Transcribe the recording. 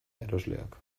erosleak